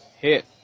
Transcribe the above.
hit